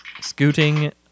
scooting